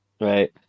Right